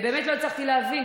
באמת לא הצלחתי להבין,